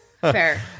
Fair